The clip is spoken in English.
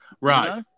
Right